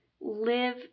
Live